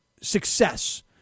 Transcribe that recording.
success